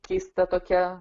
keista tokia